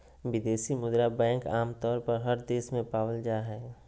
विदेशी मुद्रा बैंक आमतौर पर हर देश में पावल जा हय